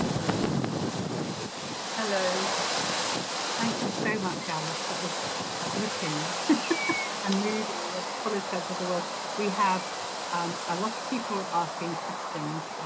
and i think hello thank you so much alice that was gripping and moving in the fullest sense of the world we have um a lot of people asking questions